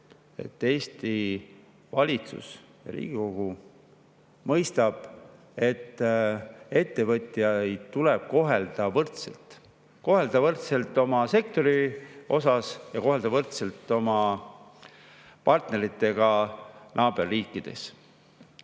Eesti valitsus ja Riigikogu mõistavad, et ettevõtjaid tuleb kohelda võrdselt, kohelda võrdselt oma sektoris ja kohelda võrdselt oma partneritega naaberriikides.